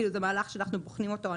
זה מהלך שאנחנו בוחנים אותו.